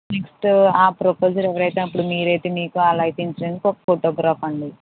next ఆ proposal ఎవరైతే అప్పుడు మీరైతే మీకు ఆ లైఫ్ ఇన్సూరెన్స్కి ఒక ఫోటోగ్రాఫ్ అండి